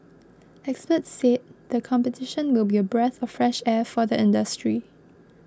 experts said the competition will be a breath of fresh air for the industry